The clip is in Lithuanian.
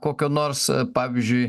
kokio nors pavyzdžiui